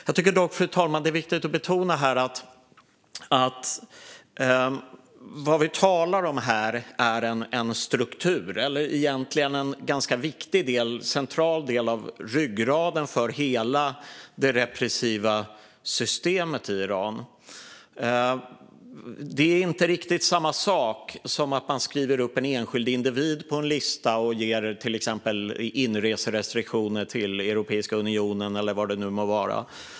Jag tycker dock, fru talman, att det är viktigt att betona att vad vi talar om här är en struktur eller egentligen en ganska viktig och central del av ryggraden för hela det repressiva systemet i Iran. Det är inte riktigt samma sak som att man skriver upp en enskild individ på en lista och ger till exempel inreserestriktioner till Europeiska unionen eller vad det nu må vara.